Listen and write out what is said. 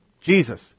Jesus